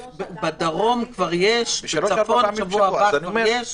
בדרום כבר יש, בצפון בשבוע הבא כבר יש.